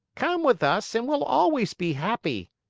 come with us and we'll always be happy.